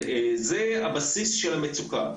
זה הבסיס של המצוקה.